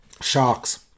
Sharks